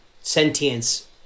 sentience